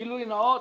גילוי נאות,